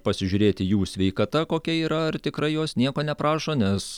pasižiūrėti jų sveikata kokia yra ar tikrai jos nieko neprašo nes